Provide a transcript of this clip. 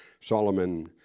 Solomon